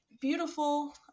beautiful